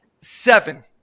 seven